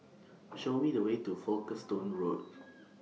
Show Me The Way to Folkestone Road